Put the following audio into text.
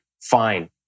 fine